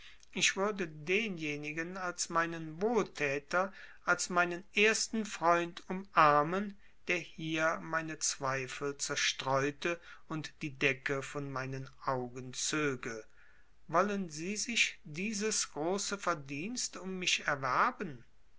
ich würde denjenigen als meinen wohltäter als meinen ersten freund umarmen der hier meine zweifel zerstreute und die decke von meinen augen zöge wollen sie sich dieses große verdienst um mich erwerben